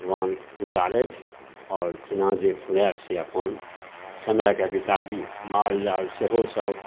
भगवान गुजारथि आओर जेना जे फुरै से अपन समयके बिताबी मालजाल सेहो सब